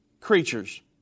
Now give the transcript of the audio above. creatures